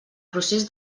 procés